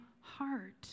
heart